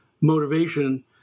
motivation